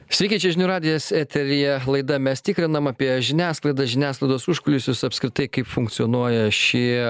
sveiki čia žinių radijas eteryje laida mes tikrinam apie žiniasklaidą žiniasklaidos užkulisius apskritai kaip funkcionuoja šie